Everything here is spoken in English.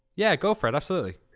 yeah, go for it, absolutely.